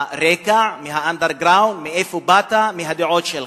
מהרקע, מה-underground, מאיפה באת, מהדעות שלך.